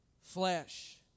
flesh